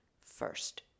first